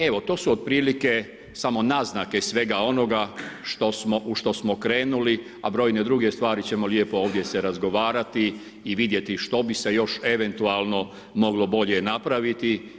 Evo to su prilike samo naznake svega onoga u što smo krenuli a brojne druge stvari ćemo lijepo ovdje se razgovarati i vidjeti što bi se još eventualno moglo bolje napraviti.